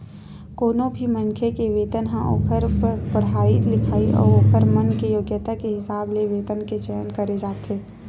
कोनो भी मनखे के वेतन ह ओखर पड़हाई लिखई अउ ओखर मन के योग्यता के हिसाब ले वेतन के चयन करे जाथे